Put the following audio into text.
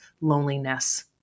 loneliness